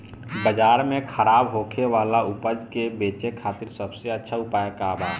बाजार में खराब होखे वाला उपज के बेचे खातिर सबसे अच्छा उपाय का बा?